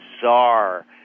bizarre